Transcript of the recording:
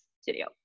studio